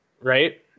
right